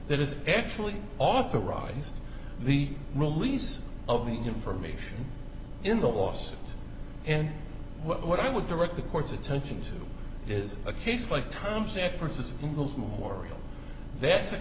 that is actually authorized the release of the information in the laws and what i would direct the court's attention to is a case like timestamp for instance of those memorial that